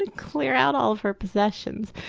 and clear out all her possessions.